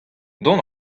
dont